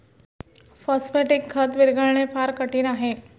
phosphatic खत विरघळणे फार कठीण आहे